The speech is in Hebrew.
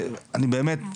אני באמת,